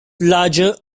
larger